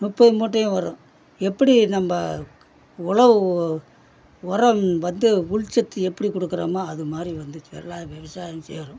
முப்பது மூட்டையும் வரும் எப்படி நம்ம உலவு உரம் வந்து உள்சத்து எப்படி கொடுக்குறோமோ அது மாதிரி வந்து எல்லா விவசாயம் செய்கிறோம்